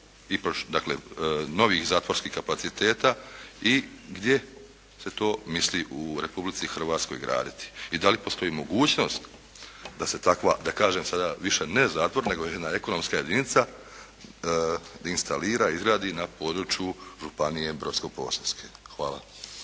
i dakle novih zatvorskih kapaciteta i gdje se to misli u Republici Hrvatskoj graditi? I da li postoji mogućnost da se takva, da kažem sada više ne zatvor, nego jedna ekonomska jedinica instalira, izradi na području Županije brodsko-posavske? Hvala.